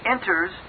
enters